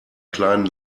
kleinen